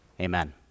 Amen